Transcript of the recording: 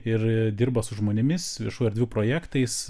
ir dirba su žmonėmis viešų erdvių projektais